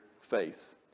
faith